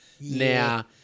now